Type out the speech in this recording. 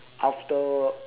after